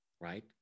right